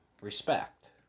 respect